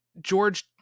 George